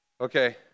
Okay